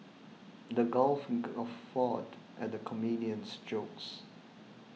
the crowd guffawed at the comedian's jokes